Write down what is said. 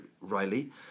Riley